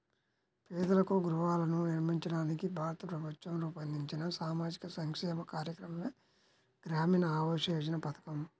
పేదలకు గృహాలను నిర్మించడానికి భారత ప్రభుత్వం రూపొందించిన సామాజిక సంక్షేమ కార్యక్రమమే గ్రామీణ ఆవాస్ యోజన పథకం